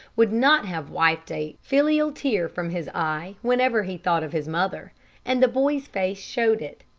would not have wiped a filial tear from his eye whenever he thought of his mother and the boy's face showed it.